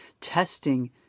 Testing